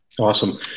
Awesome